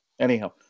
Anyhow